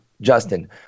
Justin